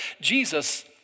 Jesus